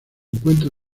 encuentra